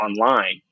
online